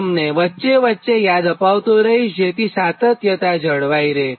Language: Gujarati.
તમને હું વચ્ચે વચ્ચે યાદ અપાવતો રહીશજેથી સાતત્યતા જળવાઇ રહે